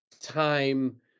time